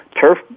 turf